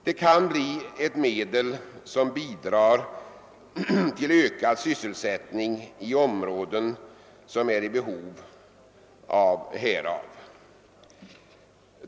Den kan bli ett medel som bidrar till ökad sysselsättning i områden som är i behov härav.